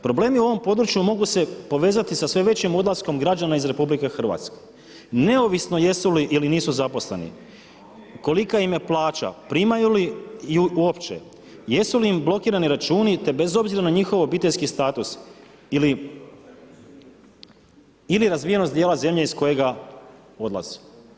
Problemi u ovom području mogu se povezati sa sve većim odlaskom građana iz RH neovisno jesu li ili nisu zaposleni, kolika im je plaća, primaju li ju uopće, jesu li im blokirani računi te bez obzira na njihov obiteljski status ili razvijenog dijela zemlje iz kojega odlaze.